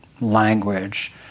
language